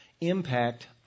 impact